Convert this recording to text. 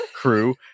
crew